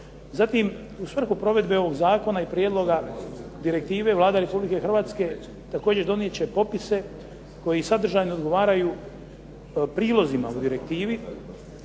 Zatim, u svrhu provedbe ovog zakona i prijedloga direktive Vlada Republike Hrvatske također donijet će popise koji sadržajno odgovaraju prilozima u direktivi.